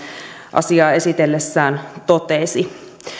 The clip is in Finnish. asiaa esitellessään totesi